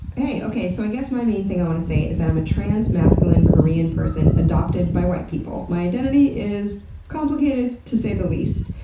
hey, okay, so i guess my main thing i want to say is and i'm a trans, masculine, korean person adopted by white people. my identity is complicated to say the least,